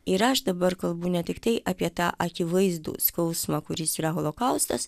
ir aš dabar kalbu ne tiktai apie tą akivaizdų skausmą kuris yra holokaustas